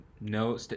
no